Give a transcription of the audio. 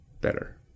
better